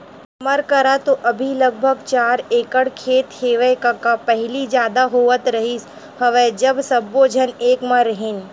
हमर करा तो अभी लगभग चार एकड़ खेत हेवय कका पहिली जादा होवत रिहिस हवय जब सब्बो झन एक म रेहे हवन ता